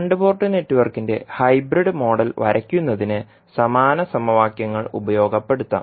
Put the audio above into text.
രണ്ട് പോർട്ട് നെറ്റ്വർക്കിന്റെ hybrid model വരയ്ക്കുന്നതിന് സമാന സമവാക്യങ്ങൾ ഉപയോഗപ്പെടുത്താം